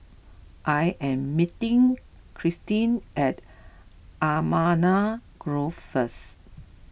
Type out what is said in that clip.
I am meeting Kristin at Allamanda Grove first